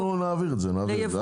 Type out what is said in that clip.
אנחנו נעביר את זה, נעביר את זה.